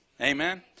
amen